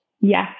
Yes